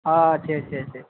હા છે છે છે